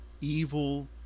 evil